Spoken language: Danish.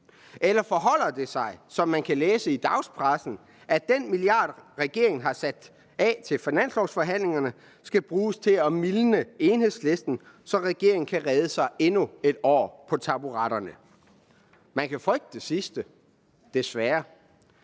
Eller forholder det sig, som man kan læse i dagspressen, at den milliard, som regeringen har sat af til finanslovsforhandlingerne, skal bruges til at mildne Enhedslisten, så regeringen kan redde sig endnu 1 år på taburetterne? Man kan frygte det sidste. Desværre.